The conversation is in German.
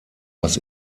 was